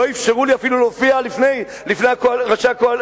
לא אפשרו לי אפילו להופיע לפני ראשי